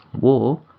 war